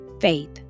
faith